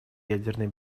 ядерной